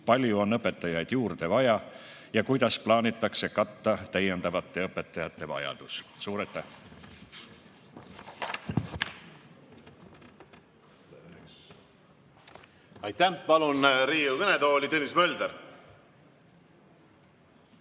palju on õpetajaid juurde vajaja kuidas plaanitakse katta täiendavate õpetajate vajadus?" Suur